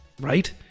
right